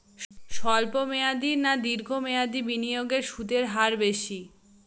স্বল্প মেয়াদী না দীর্ঘ মেয়াদী বিনিয়োগে সুদের হার বেশী?